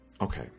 okay